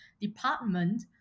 department